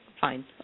fine